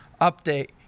Update